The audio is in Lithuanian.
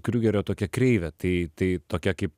kriūgerio tokia kreivė tai tai tokia kaip